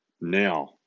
Now